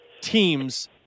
teams